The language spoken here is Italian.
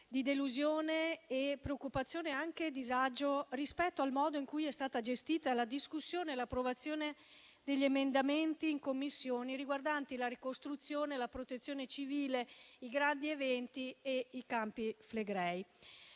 di delusione, di preoccupazione e anche con disagio rispetto al modo in cui sono state gestite la discussione e l'approvazione degli emendamenti in Commissione riguardanti la ricostruzione, la protezione civile, i grandi eventi e i Campi Flegrei.